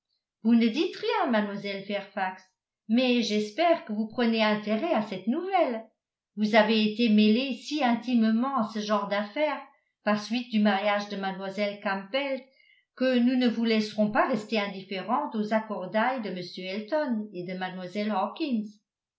vous ne dites rien mademoiselle fairfax mais j'espère que vous prenez intérêt à cette nouvelle vous avez été mêlée si intimement à ce genre d'affaire par suite du mariage de mlle campbell que nous ne vous laisserons pas rester indifférente aux accordailles de m elton et de